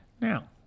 Now